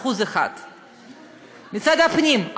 1%; משרד הפנים,